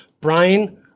Brian